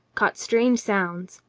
caught strange sounds,